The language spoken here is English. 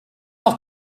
off